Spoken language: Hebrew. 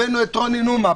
הבאנו את רוני נומה,